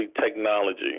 technology